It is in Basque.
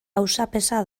auzapeza